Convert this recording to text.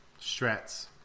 strats